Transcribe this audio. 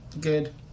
good